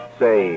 say